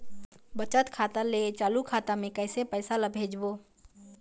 बचत खाता ले चालू खाता मे कैसे पैसा ला भेजबो?